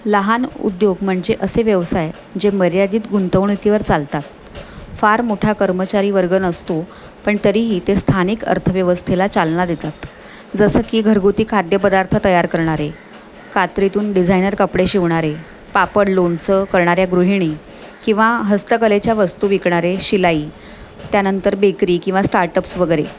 लहान उद्योग म्हणजे असे व्यवसाय जे मर्यादित गुंतवणुकीवर चालतात फार मोठा कर्मचारीवर्ग नसतो पण तरीही ते स्थानिक अर्थव्यवस्थेला चालना देतात जसं की घरगुती खाद्यपदार्थ तयार करणारे कात्रीतून डिझायनर कपडे शिवणारे पापड लोणचं करणाऱ्या गृहिणी किंवा हस्तकलेच्या वस्तू विकणारे शिलाई त्यानंतर बेकरी किंवा स्टार्टअप्स वगैरे